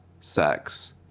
sex